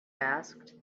asked